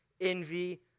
envy